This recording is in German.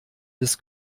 des